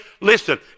Listen